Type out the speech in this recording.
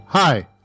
Hi